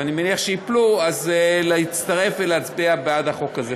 אני מניח שייפלו, להצטרף ולהצביע בעד החוק הזה.